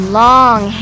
long